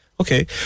Okay